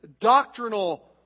doctrinal